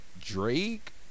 Drake